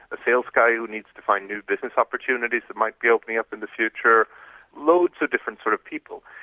a sales guy who needs to find new business opportunities that might build me up in the future loads of different sort of people.